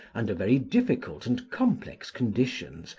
under very difficult and complex conditions,